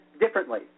differently